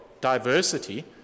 diversity